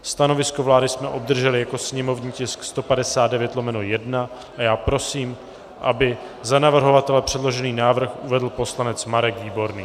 Stanovisko vlády jsme obdrželi jako sněmovní tisk 159/1 a já prosím, aby za navrhovatele předložený návrh uvedl poslanec Marek Výborný.